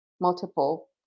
multiple